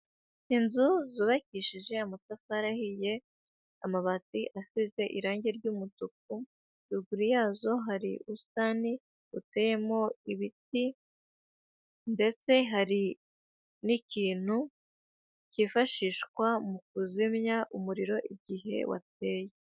Inzu zubakishije amatafari ahiye, amabati asize irangi ry'umutuku, ruguru yazo hari ubusitani buteyemo ibiti, ndetse hari n'ikintu kifashishwa mu kuzimya umuriro igihe wateye.